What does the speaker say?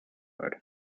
mode